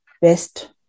best